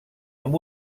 amb